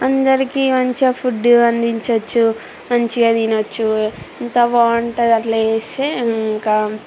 అందరికి మంచిగా ఫుడ్డు అందించచ్చు మంచిగా తినచ్చు ఇంకా బాగుంటుంది అట్లా చేస్తే ఇంకా